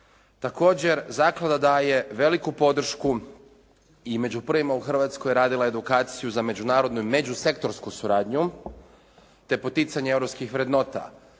Također, zaklada daje veliku podršku i među prvima u Hrvatskoj radila je edukaciju za međunarodnu i međusektorsku suradnju te poticanje europskih vrednota.